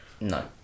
No